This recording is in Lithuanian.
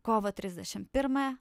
kovo trisdešimt pirmą